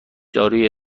دارویی